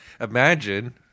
Imagine